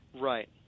Right